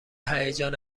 هیجان